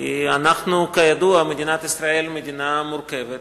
כי כידוע מדינת ישראל היא מדינה שמורכבת